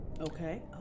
Okay